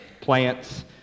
plants